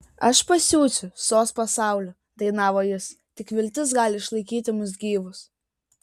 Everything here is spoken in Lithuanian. aš pasiųsiu sos pasauliu dainavo jis tik viltis gali išlaikyti mus gyvus